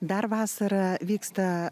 dar vasarą vyksta